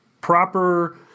proper